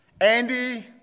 Andy